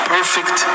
Perfect